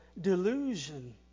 delusion